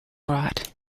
brought